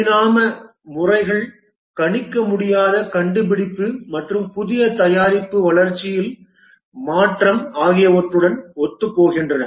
பரிணாம முறைகள் கணிக்க முடியாத கண்டுபிடிப்பு மற்றும் புதிய தயாரிப்பு வளர்ச்சியில் மாற்றம் ஆகியவற்றுடன் ஒத்துப்போகின்றன